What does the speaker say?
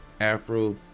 Afro